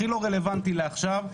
הכי לא רלוונטי לעכשיו,